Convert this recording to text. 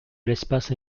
l’espace